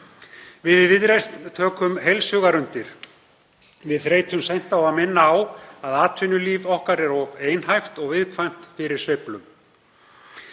Við í Viðreisn tökum heils hugar undir og þreytumst seint á að minna á að atvinnulíf okkar er of einhæft og viðkvæmt fyrir sveiflum.